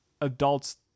adults